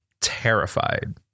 terrified